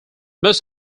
most